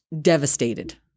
devastated